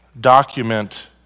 document